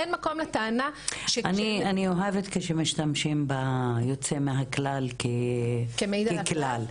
אין מקום לטענה --- אני אוהבת כשמשתמשים ביוצא מהכלל כמעיד על הכלל.